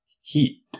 heat